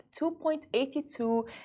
2.82